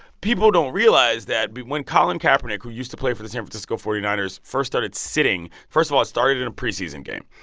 people don't realize that when colin kaepernick, who used to play for the san francisco forty nine ers, first started sitting first of all, it started in a preseason game.